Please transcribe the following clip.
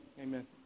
Amen